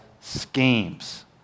schemes